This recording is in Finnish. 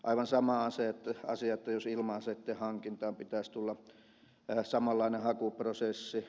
aivan sama asia on jos ilma aseitten hankintaan pitäisi tulla samanlainen hakuprosessi